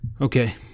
Okay